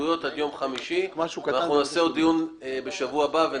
הסתייגויות עד יום חמישי ואנחנו נקיים עוד דיון בשבוע הבא.